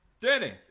Danny